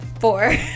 four